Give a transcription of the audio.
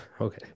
Okay